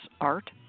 Art